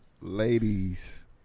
ladies